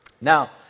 Now